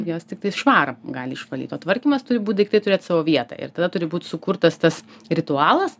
jos tiktai švarą gali išvalyt o tvarkymas turi būt daiktai turėt savo vietą ir tada turi būt sukurtas tas ritualas